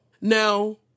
Now